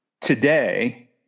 today